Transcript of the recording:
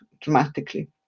dramatically